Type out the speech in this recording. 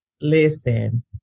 Listen